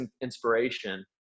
inspiration